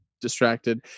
distracted